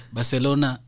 Barcelona